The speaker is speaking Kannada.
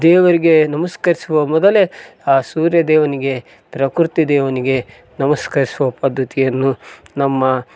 ದೇವರಿಗೆ ನಮಸ್ಕರಿಸುವ ಮೊದಲೇ ಆ ಸೂರ್ಯ ದೇವನಿಗೆ ಪ್ರಕೃತಿ ದೇವನಿಗೆ ನಮಸ್ಕರಿಸುವ ಪದ್ಧತಿಯನ್ನು ನಮ್ಮ